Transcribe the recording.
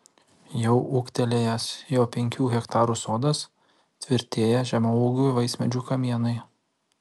jau ūgtelėjęs jo penkių hektarų sodas tvirtėja žemaūgių vaismedžių kamienai